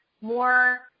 More